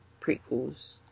prequels